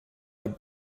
like